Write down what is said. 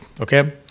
okay